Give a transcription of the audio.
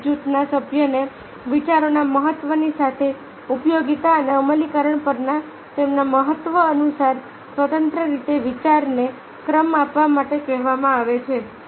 દરેક જૂથના સભ્યને વિચારોના મહત્વની સાથે ઉપયોગીતા અને અમલીકરણ પરના તેમના મહત્વ અનુસાર સ્વતંત્ર રીતે વિચારને ક્રમ આપવા માટે કહેવામાં આવે છે